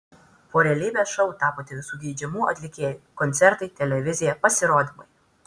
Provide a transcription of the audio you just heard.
po realybės šou tapote visų geidžiamu atlikėju koncertai televizija pasirodymai